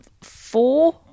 four